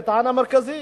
לתחנה מרכזית?